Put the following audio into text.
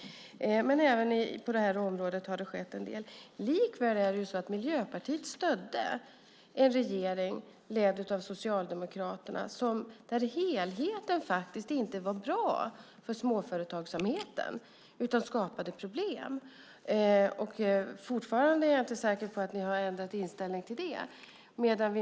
Men även på det här området har det skett en del. Likväl är det så att Miljöpartiet stödde en regering ledd av Socialdemokraterna där helheten faktiskt inte var bra för småföretagsamheten utan skapade problem. Jag är fortfarande inte säker på att ni har ändrat inställning till det.